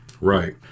Right